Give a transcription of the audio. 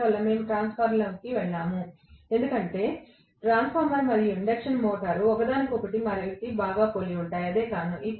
అందువల్ల మేము ట్రాన్స్ఫార్మర్లోకి వెళ్ళాము ఎందుకంటే ట్రాన్స్ఫార్మర్ మరియు ఇండక్షన్ మోటారు ఒకదానికొకటి బాగా పోలి ఉంటాయి అదే కారణం